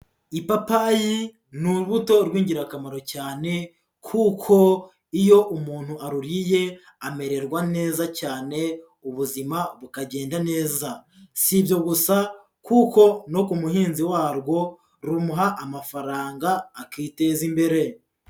Ipapayi ni urubuto rw'ingirakamaro cyane kuko iyo umuntu aruriye amererwa neza cyane ubuzima bukagenda neza, si ibyo gusa kuko no ku muhinzi warwo rumuha amafaranga akiteza imbere.